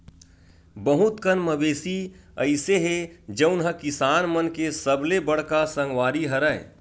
बहुत कन मवेशी अइसे हे जउन ह किसान मन के सबले बड़का संगवारी हरय